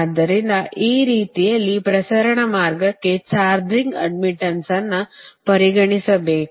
ಆದ್ದರಿಂದ ಈ ರೀತಿಯಲ್ಲಿ ಪ್ರಸರಣ ಮಾರ್ಗಕ್ಕೆ ಚಾರ್ಜಿಂಗ್ ಅಡ್ಡ್ಮಿಟ್ಟನ್ಸ್ ಅನ್ನು ಪರಿಗಣಿಸಬೇಕು